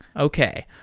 okay.